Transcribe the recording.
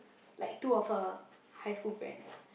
like two of her high school friends